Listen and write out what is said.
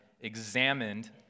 examined